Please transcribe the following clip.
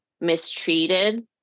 mistreated